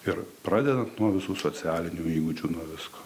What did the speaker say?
ir pradedant nuo visų socialinių įgūdžių nuo visko